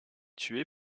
tuer